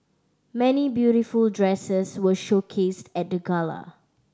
many beautiful dresses were showcased at the gala